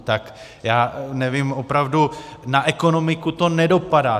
Tak já nevím opravdu na ekonomiku to nedopadá.